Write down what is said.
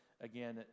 Again